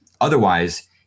Otherwise